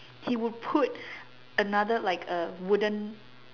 he would put another like a wooden